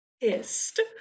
pissed